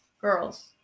girls